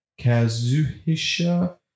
Kazuhisha